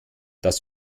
das